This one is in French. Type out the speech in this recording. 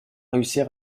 réussir